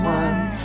one